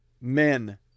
Men